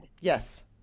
Yes